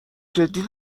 جدی